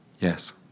Yes